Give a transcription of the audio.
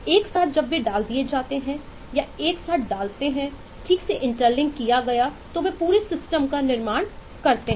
एक साथ जब वे डाल दिए जाते हैं या एक साथ डालते हैं ठीक से इंटरलिंक किया गया तो वे पूरे सिस्टम होता है